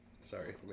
sorry